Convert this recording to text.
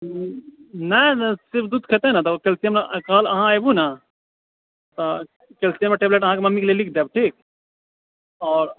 नहि नहि सिर्फ दूध खेतै ने तऽ कैल्सियम कल अहाँ एबु ने तऽ कैल्सियम के टेबलेट अहाँके मम्मी के लेल लिख देब ठीक और